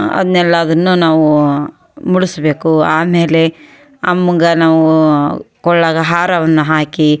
ಅದ್ನ ಎಲ್ಲದನ್ನು ನಾವು ಮುಡಿಸ್ಬೇಕು ಆಮೇಲೆ ಅಮ್ಮಗೆ ನಾವು ಕೊರ್ಳಾಗೆ ಹಾರವನ್ನು ಹಾಕಿ